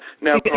Now